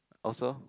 also